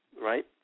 right